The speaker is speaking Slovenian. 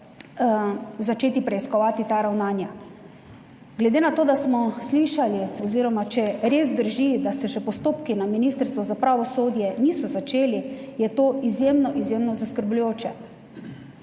začeti preiskovati ta ravnanja. Glede na to, da smo slišali oziroma če res drži, da se še postopki na Ministrstvu za pravosodje niso začeli je to izjemno izjemno zaskrbljujoče.